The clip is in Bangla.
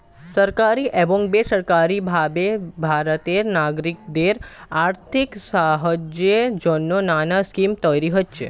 সরকারি এবং বেসরকারি ভাবে ভারতের নাগরিকদের আর্থিক সহায়তার জন্যে নানা স্কিম তৈরি হয়েছে